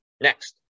next